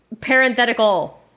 parenthetical